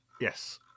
Yes